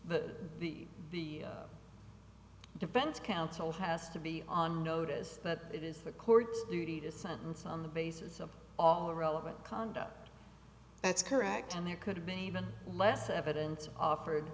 the the defense counsel has to be on notice that it is the court's duty to sentence on the basis of all relevant condo that's correct and there could have been even less evidence offered